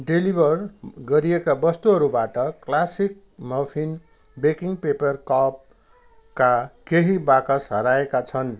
deliver गरिएका वस्तुहरूबाट classic muffin baking paper कपका केही बाकस हराएका छन्